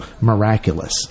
miraculous